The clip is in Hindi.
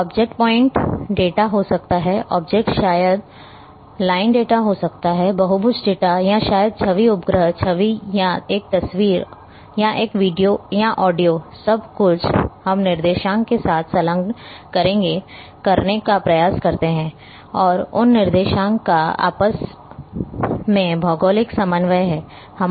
ऑब्जेक्ट पॉइंट डेटा हो सकता है ऑब्जेक्ट शायद लाइन डेटा बहुभुज डेटा या शायद छवि उपग्रह छवि या एक तस्वीर या एक वीडियो या ऑडियो सब कुछ हम निर्देशांक के साथ संलग्न करने का प्रयास करते हैं और उन निर्देशांक का आपस में भौगोलिक समन्वय हैं